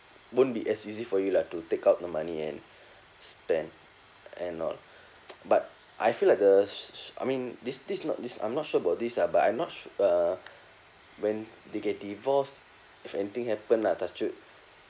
won't be as easy for you lah to take out the money and spend and all but I feel like the s~ s~ I mean this this is not this I'm not sure about this ah but I'm not su~ uh when they get divorced if anything happen lah touch wood